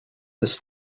this